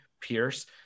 pierce